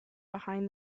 behind